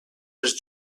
els